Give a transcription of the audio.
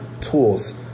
tools